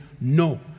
No